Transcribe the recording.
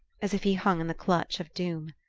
as if he hung in the clutch of doom.